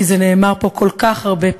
כי זה נאמר פה כל כך הרבה פעמים.